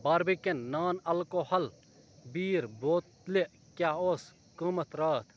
Barbican non alcohol beer بوتلہِ کیٛاہ اوس قۭمتھ راتھ